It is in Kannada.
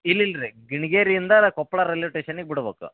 ಇಲ್ಲ ಇಲ್ಲರಿ ಗಿಣಿಗೇರಿಯಿಂದ ಕೊಪ್ಪಳ ರೈಲ್ವೆ ಟೇಷನ್ನಿಗೆ ಬಿಡ್ಬಕು